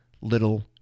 little